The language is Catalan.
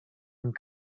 amb